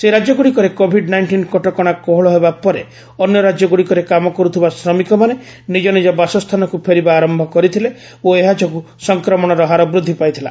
ସେହି ରାଜ୍ୟଗୁଡ଼ିକରେ COVID nineteen କଟକଣା କୋହଳ ହେବା ପରେ ଅନ୍ୟ ରାକ୍ୟଗୁଡ଼ିକରେ କାମ କର୍ତ୍ରିଥିବା ଶ୍ରମିକମାନେ ନିଜ ନିଜ ବାସସ୍ଥାନକୁ ଫେରିବା ଆରମ୍ଭ କରିଥିଲେ ଓ ଏହା ଯୋଗୁଁ ସଂକ୍ରମଣର ହାର ବୃଦ୍ଧି ପାଇଥିଲା